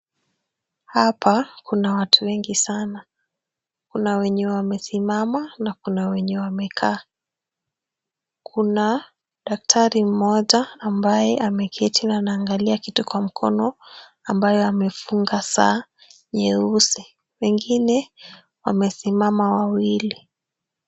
Hapa kuna watu wengi sana. Kuna wenye wamesimama na kuna wenye wamekaa. Kuna daktari mmoja ambaye ameketi na anaangalia kitu kwa mkono ambaye amefunga saa nyeusi. Wengine wamesimama wawili.